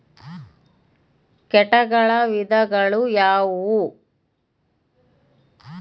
ಕೇಟಗಳ ವಿಧಗಳು ಯಾವುವು?